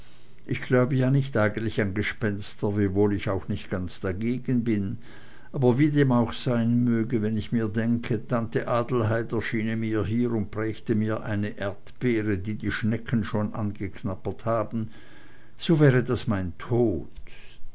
ich glaube ja nicht eigentlich an gespenster wiewohl ich auch nicht ganz dagegen bin aber wie dem auch sein möge wenn ich mir denke tante adelheid erschiene mir hier und brächte mir eine erdbeere die die schnecken schon angeknabbert haben so wäre das mein tod